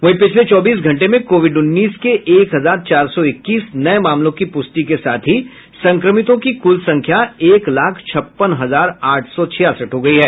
वहीं पिछले चौबीस घंटे में कोविड उन्नीस के एक हजार चार सौ इक्कीस नये मामलों की पूष्टि के साथ ही संक्रमितों की संख्या एक लाख छप्पन हजार आठ सौ छियासठ हो गयी है